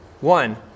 one